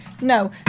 no